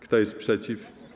Kto jest przeciw?